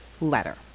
letter